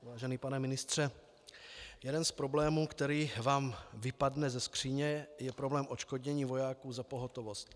Vážený pane ministře, jeden z problémů, který vám vypadne ze skříně, je problém odškodnění vojáků za pohotovost.